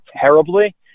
terribly